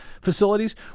facilities